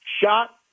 shot